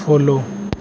follow